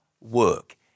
work